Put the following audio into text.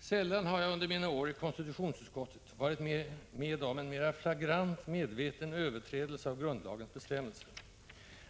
Sällan har jag under mina år i konstitutionsutskottet upplevt en mera flagrant, medveten överträdelse av grundlagens bestämmelser.